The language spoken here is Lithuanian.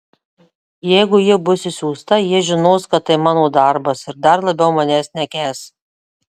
jeigu ji bus išsiųsta jie žinos kad tai mano darbas ir dar labiau manęs nekęs